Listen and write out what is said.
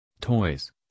Toys